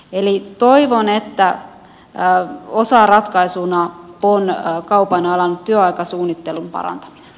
eli toivon että osaratkaisuna on kaupan alan työaikasuunnittelun parantaminen